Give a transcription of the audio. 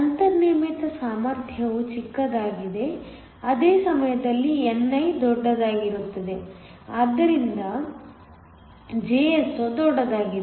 ಅಂತರ್ನಿರ್ಮಿತ ಸಾಮರ್ಥ್ಯವು ಚಿಕ್ಕದಾಗಿದೆ ಅದೇ ಸಮಯದಲ್ಲಿ ni ದೊಡ್ಡದಾಗಿರುತ್ತದೆ ಆದ್ದರಿಂದ Jso ದೊಡ್ಡದಾಗಿದೆ